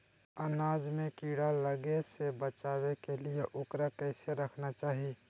अनाज में कीड़ा लगे से बचावे के लिए, उकरा कैसे रखना चाही?